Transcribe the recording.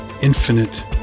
infinite